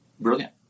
brilliant